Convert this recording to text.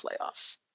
playoffs